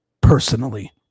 personally